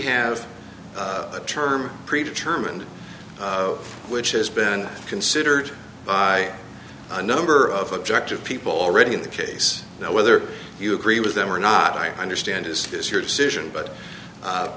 have a term pre determined which has been considered by a number of objective people already in the case now whether you agree with them or not i understand is this your decision